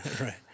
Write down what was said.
Right